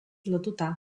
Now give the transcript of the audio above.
lotuta